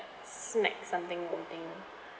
smack something